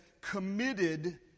committed